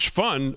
fun